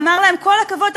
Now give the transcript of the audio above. ואמר להם: כל הכבוד,